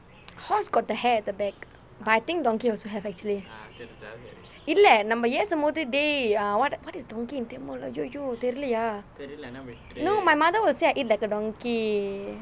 horse got the hair at the back but I think donkey also have actually இல்லை நம்ம ஏசும் போது:illai namma aesum pothu dey err what what is donkey in tamil !aiyoyo! தெரிலையா:therilaiyaa no my mother will say like I eat like a donkey